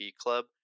club